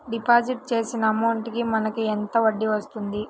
Deposit చేసిన amount కి మనకి ఎంత వడ్డీ వస్తుంది?